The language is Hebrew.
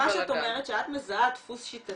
מה שאת אומרת שאת מזהה דפוס שיטתי,